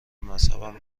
مذهبم